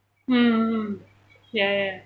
mm ya ya ya